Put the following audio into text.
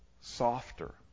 softer